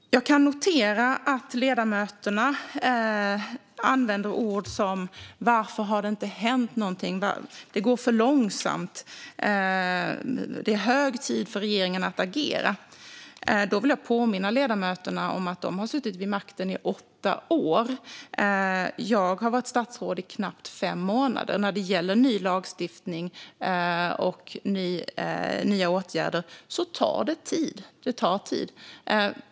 Jag kan notera att ledamöterna säger saker som varför har det inte hänt någonting, att det går för långsamt och att det är hög tid för regeringen att agera. Då vill jag påminna ledamöterna om att de har suttit vid makten i åtta år. Jag har varit statsråd i knappt fem månader. Ny lagstiftning och nya åtgärder tar tid.